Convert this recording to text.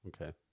Okay